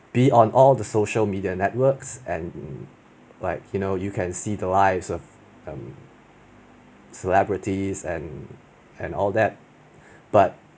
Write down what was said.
be on all the social media networks and like you know you can see the lives of um celebrities and and all that but